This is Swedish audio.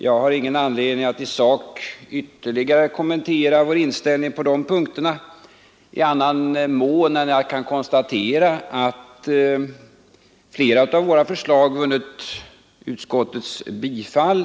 Jag har ingen anledning att i sak ytterligare kommentera vår inställning på de punkterna i annan mån än att jag kan konstatera att flera av våra förslag har vunnit utskottets bifall.